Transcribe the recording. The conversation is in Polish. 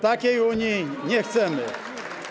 Takiej Unii nie chcemy.